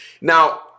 Now